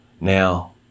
Now